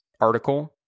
article